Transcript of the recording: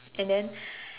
and then